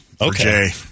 Okay